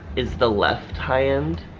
is the left high end?